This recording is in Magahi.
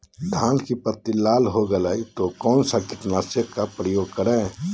धान की पत्ती लाल हो गए तो कौन सा कीटनाशक का प्रयोग करें?